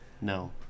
No